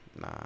Nah